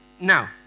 Now